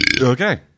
Okay